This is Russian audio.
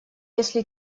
если